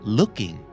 looking